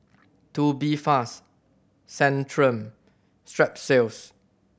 Tubifast Centrum Strepsils